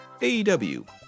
AEW